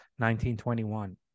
1921